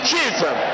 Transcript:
Jesus